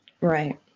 Right